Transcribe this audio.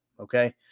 Okay